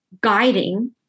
guiding